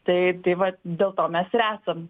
taip tai va dėl to mes ir esam